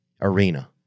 arena